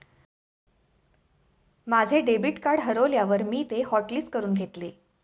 माझे debit card हरवल्यावर मी ते हॉटलिस्ट करून घेतले